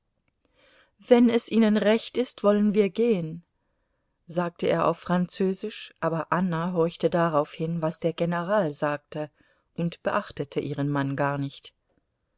wenn es ihnen recht ist wollen wir gehen sagte er auf französisch aber anna horchte darauf hin was der general sagte und beachtete ihren mann gar nicht